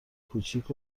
کوچیک